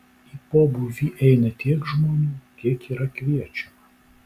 į pobūvį eina tiek žmonių kiek yra kviečiama